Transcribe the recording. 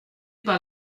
par